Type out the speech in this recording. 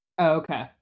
okay